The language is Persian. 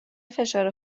فشار